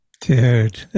dude